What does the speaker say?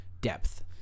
depth